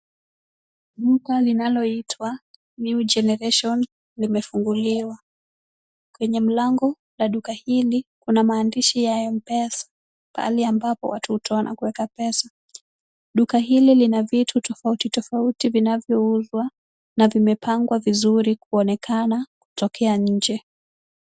Duka linaloitwa new genereation limefunguliwa. Kwenye mlango la duka hili kuna maandishi ya M-Pesa, pahali ambapo watu hutoa na kuweka pesa. Duka hili lina vitu tofauti tofauti vinavyouzwa na vimepangwa vizuri kuonekana kutokea nje.